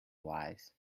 wise